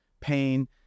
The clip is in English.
pain